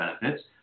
benefits